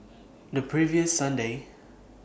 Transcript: The previous Sunday